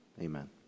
Amen